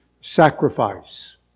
sacrifice